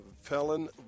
felon